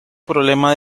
problema